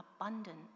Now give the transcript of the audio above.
abundant